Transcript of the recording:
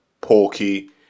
Porky